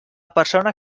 persona